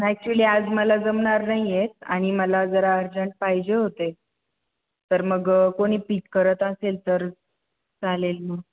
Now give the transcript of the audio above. actually आज मला जमणार नाहीयेत आणि मला जरा अर्जंट पाहिजे होते तर मग कोणी पीक करत असेल तर चालेल मग